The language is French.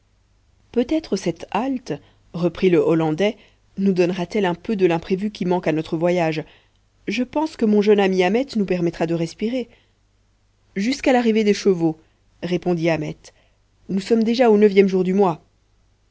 peut-être cette halle reprit le hollandais nous donnera t elle un peu de l'imprévu qui manque à notre voyage je pense que mon jeune ami ahmet nous permettra de respirer jusqu'à l'arrivée des chevaux répondit ahmet nous sommes déjà an neuvième jour du mois